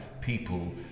people